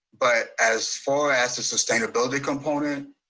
but as far as the sustainability component,